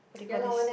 what they call this